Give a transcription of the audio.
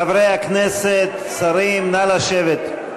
חברי הכנסת, שרים, נא לשבת.